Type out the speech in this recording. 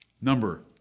number